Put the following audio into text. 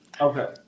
okay